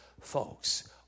Folks